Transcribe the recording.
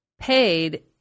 paid